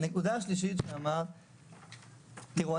תראו,